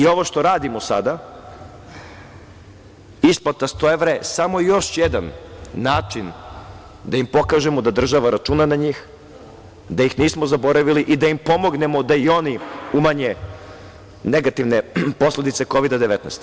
Ovo što radimo sada, isplata 100 evra, samo je još jedan način da im pokažemo da država računa na njih, da ih nismo zaboravili i da im pomognemo da i oni umanje negativne posledice Kovida - 19.